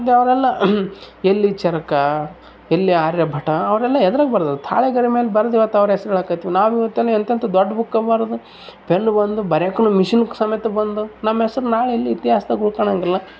ಮತ್ತು ಅವರೆಲ್ಲ ಎಲ್ಲಿ ಚರಕಾ ಎಲ್ಲಿ ಆರ್ಯಭಟ ಅವರೆಲ್ಲ ಯಾವುದ್ರಾಗ್ ಬರ್ದಾರೆ ತಾಳೆ ಗರಿ ಮೇಲೆ ಬರ್ದು ಇವತ್ತು ಅವ್ರ ಹೆಸ್ರು ಹೇಳಾಕತ್ತಿವ್ ನಾವು ಇವತ್ತನ ಎಂತೆಂಥ ದೊಡ್ಡ ಬುಕ್ಕ ಬರೆದು ಪೆನ್ ಬಂದು ಬರೆಯೋಕು ಮಿಷಿನ್ ಸಮೇತ ಬಂದು ನಮ್ಮ ಹೆಸರು ನಾವು ಎಲ್ಲೂ ಇತಿಹಾಸ್ದಾಗ ಉಳ್ಕೋಣಂಗಿಲ್ಲ